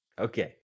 Okay